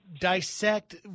dissect